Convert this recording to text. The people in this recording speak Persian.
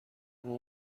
اما